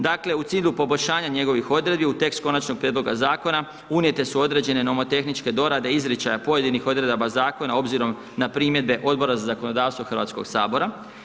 Dakle, u cilju poboljšanja njegovih odredbi, u tekst konačnog prijedloga zakona, unijete su određene nomotehničke dorade, izričaja pojedinih odredaba zakona, obzirom na primjedbe Odbora za zakonodavstvo Hrvatskog sabora.